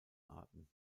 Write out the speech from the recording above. arten